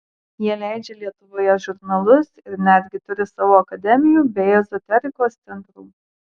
jie leidžia lietuvoje žurnalus ir netgi turi savo akademijų bei ezoterikos centrų